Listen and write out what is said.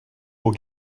will